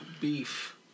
beef